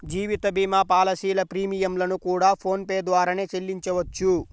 జీవిత భీమా పాలసీల ప్రీమియం లను కూడా ఫోన్ పే ద్వారానే చెల్లించవచ్చు